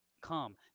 come